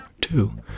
two